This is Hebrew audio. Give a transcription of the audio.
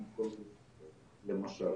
למשל.